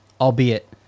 albeit